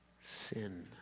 sin